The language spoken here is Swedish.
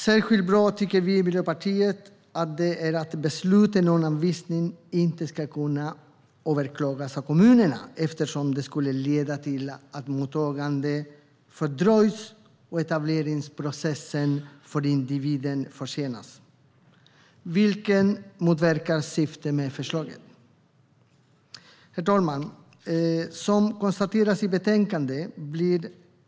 Miljöpartiet tycker att det är särskilt bra att besluten om anvisning inte ska kunna överklagas av kommunerna. Det skulle kunna leda till att mottagandet fördröjs och att etableringsprocessen för individen försenas, vilket motverkar syftet med förslaget. Herr talman!